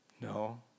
No